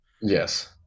Yes